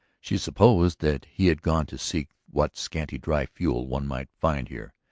she supposed that he had gone to seek what scanty dry fuel one might find here.